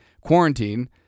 quarantine